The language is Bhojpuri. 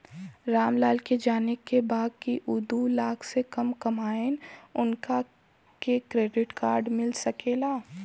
राम लाल के जाने के बा की ऊ दूलाख से कम कमायेन उनका के क्रेडिट कार्ड मिल सके ला?